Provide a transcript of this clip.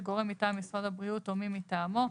גורם מטעם משרד הבריאות או מי מטעמו,